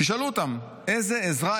תשאלו אותם איזו עזרה,